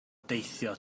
deithio